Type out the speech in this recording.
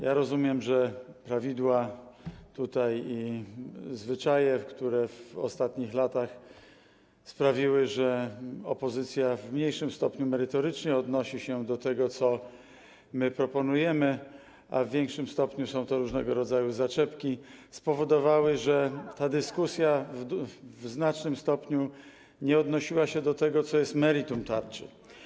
Ja rozumiem, że prawidła tutaj i zwyczaje, które w ostatnich latach sprawiły, że opozycja w mniejszym stopniu merytorycznie odnosi się do tego, co my proponujemy, a w większym stopniu są to różnego rodzaju zaczepki, spowodowały, że ta dyskusja w znacznym stopniu nie odnosiła się do tego, co jest meritum tarczy.